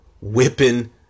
whipping